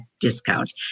discount